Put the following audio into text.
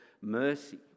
mercy